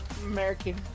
American